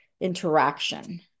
interaction